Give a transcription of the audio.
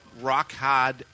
rock-hard